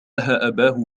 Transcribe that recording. أباه